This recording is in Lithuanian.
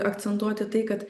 akcentuoti tai kad